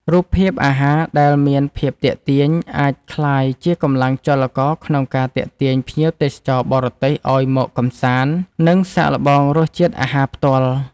រូបភាពអាហារដែលមានភាពទាក់ទាញ អាចក្លាយជាកម្លាំងចលករក្នុងការទាក់ទាញភ្ញៀវទេសចរបរទេសឱ្យមកកម្សាន្ត និងសាកល្បងរសជាតិអាហារផ្ទាល់។